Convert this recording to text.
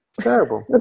Terrible